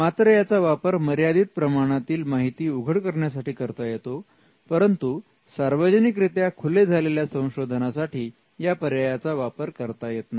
मात्र याचा वापर मर्यादित प्रमाणातील माहिती उघड करण्यासाठी करता येतो परंतु सार्वजनिकरित्या खुले झालेल्या संशोधनासाठी या पर्यायाचा वापर करता येत नाही